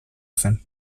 zen